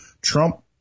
Trump